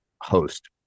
host